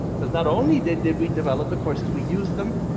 because not only did did we develop the courses, we use them,